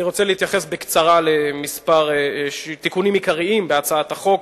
אני רוצה להתייחס בקצרה למספר תיקונים עיקריים בהצעת החוק.